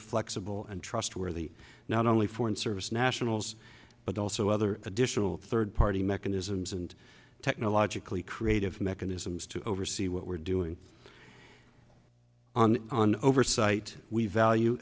flexible and trustworthy not only foreign service nationals but also other additional third party mechanisms and technologically creative mechanisms to oversee what we're doing on on oversight we value